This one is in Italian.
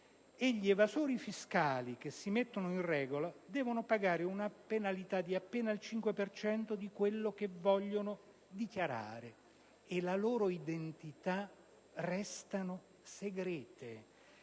e gli evasori fiscali che si mettono in regola devono pagare una penalità di appena il 5 per cento di quello che vogliono dichiarare. E le loro identità restano segrete.